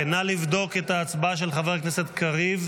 מחשוב, נא לבדוק את ההצבעה של חבר הכנסת קריב,